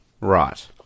Right